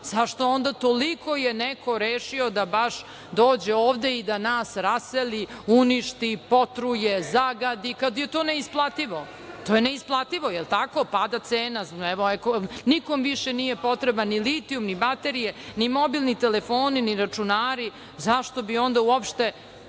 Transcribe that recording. zašto je onda toliko neko rešio da baš dođe ovde i da nas raseli, uništi, potruje, zagadi, kad je to neisplativo? To je neisplativo, jel tako? Pada cena, nikom više nije potreban ni litijum, ni baterije, ni mobilni telefoni, ni računari, zašto bi onda uopšte